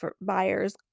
buyers